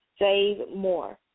SAVEMORE